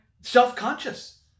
self-conscious